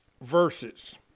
verses